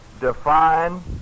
define